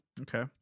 okay